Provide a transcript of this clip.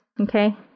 okay